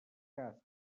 cas